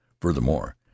Furthermore